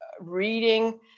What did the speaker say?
reading